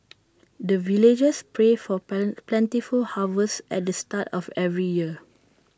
the villagers pray for plan plentiful harvest at the start of every year